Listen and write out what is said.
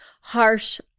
harsh